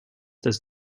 does